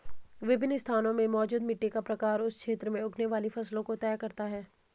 विभिन्न स्थानों में मौजूद मिट्टी का प्रकार उस क्षेत्र में उगने वाली फसलों को तय करता है